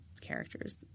characters